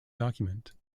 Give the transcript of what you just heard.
document